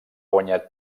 guanyar